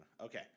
okay